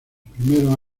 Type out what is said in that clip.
primeros